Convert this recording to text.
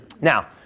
Now